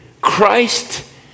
Christ